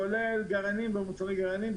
כולל גרעינים ומוצרי גרעינים,